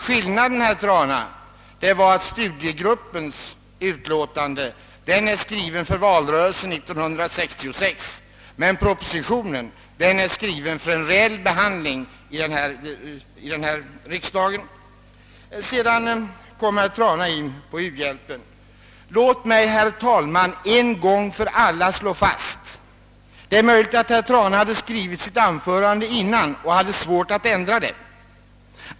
Skillnaden, herr Trana, är att studiegruppens utlåtande skrevs för valrörelsen 1966, men propositionen är skriven för en realbehandling här i riksdagen. Herr Trana talade sedan om u-hjälpen, och det är möjligt att han hade skrivit sitt anförande i förväg och hade svårt att ändra på det.